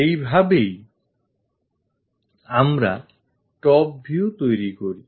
এইভাবেই আমরা top view তৈরি করি